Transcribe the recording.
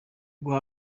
guha